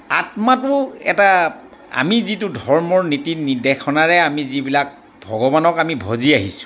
আত্মাটো এটা আমি যিটো ধৰ্মৰ নীতি নিৰ্দেশনাৰে আমি যিবিলাক ভগৱানক আমি ভজি আহিছোঁ